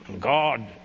God